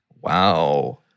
Wow